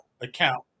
account